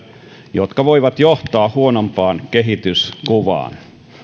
jotka voivat johtaa huonompaan kehityskuvaan